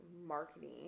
marketing